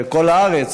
כל הארץ,